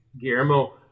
Guillermo